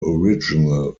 original